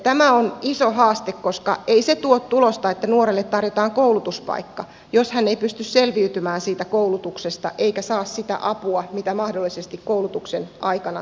tämä on iso haaste koska ei se tuo tulosta että nuorelle tarjotaan koulutuspaikka jos hän ei pysty selviytymään siitä koulutuksesta eikä saa sitä apua jota mahdollisesti koulutuksen aikana tarvitsisi